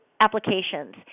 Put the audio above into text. applications